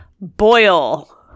boil